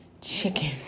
chicken